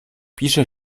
pisze